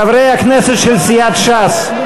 חברי הכנסת של סיעת ש"ס,